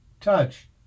Touch